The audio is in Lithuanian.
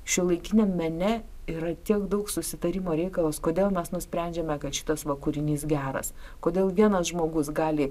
šiuolaikiniam mene yra tiek daug susitarimo reikalas kodėl mes nusprendžiame kad šitas va kūrinys geras kodėl vienas žmogus gali